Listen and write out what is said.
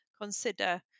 consider